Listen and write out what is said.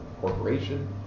corporation